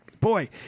Boy